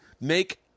Make